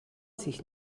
sich